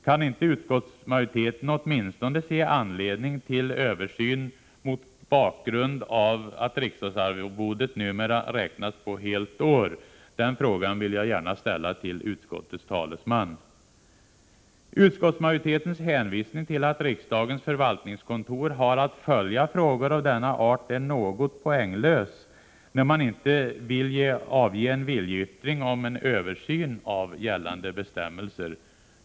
Kan inte utskottsmajoriteten åtminstone se anledning till översyn mot bakgrund av att riksdagsarvodet numera räknas på helt år? Den frågan vill jag gärna ställa till utskottets talesman. Utskottsmajoritetens hänvisning till att riksdagens förvaltningskontor har att följa frågor av denna art är något poänglös, när man inte vill avge en viljeyttring om översyn av gällande bestämmelser.